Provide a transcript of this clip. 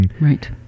Right